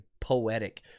poetic